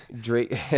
Drake